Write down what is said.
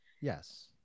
Yes